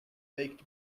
baked